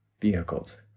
vehicles